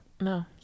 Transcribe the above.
No